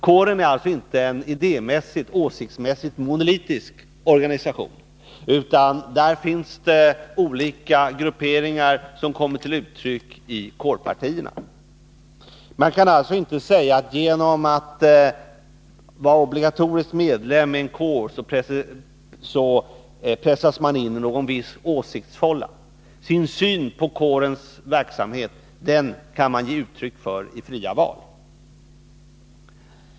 Kåren är alltså inte en idémässigt, åsiktsmässigt monolitisk organisation, utan där finns olika grupperingar som kommer till uttryck i kårpartierna. Man kan alltså inte säga att man genom att vara obligatorisk medlem av en kår pressas in i en viss åsiktsform. Sin syn på kårens verksamhet kan man ge uttryck för i fria val.